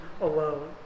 alone